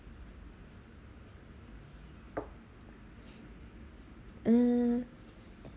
mm